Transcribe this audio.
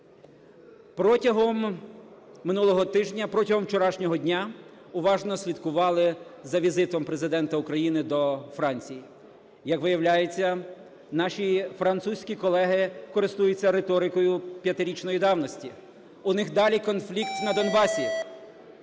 протягом вчорашнього дня уважно слідкували за візитом Президента України до Франції. Як виявляється, наші французькі колеги користуються риторикою п'ятирічної давності, у них далі "конфлікт на Донбасі".